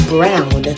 Brown